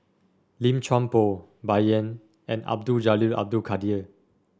Lim Chuan Poh Bai Yan and Abdul Jalil Abdul Kadir